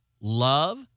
love